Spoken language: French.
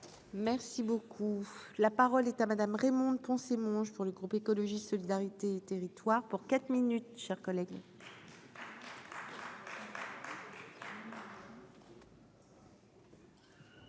Merci beaucoup, la parole est à Madame Raymonde Poncet mon pour le groupe écologiste solidarité territoire pour quatre minutes chers collègues.